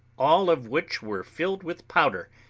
all of which were filled with powder,